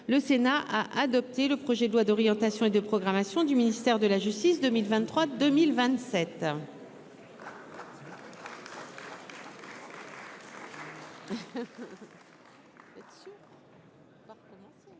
l'ensemble du projet de loi d'orientation et de programmation du ministère de la justice 2023-2027